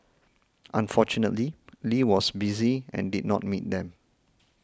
unfortunately Lee was busy and did not meet them